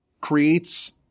creates